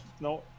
no